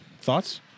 Thoughts